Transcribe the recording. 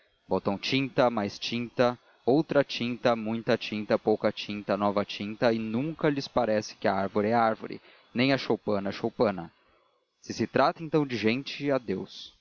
botam tinta mais tinta outra tinta muita tinta pouca tinta nova tinta e nunca lhes parece que a árvore é árvore nem a choupana choupana se se trata então de gente adeus